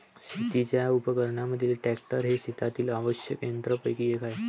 शेतीच्या उपकरणांमधील ट्रॅक्टर हे शेतातील आवश्यक यंत्रांपैकी एक आहे